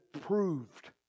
proved